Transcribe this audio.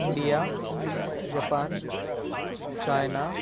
India Japan China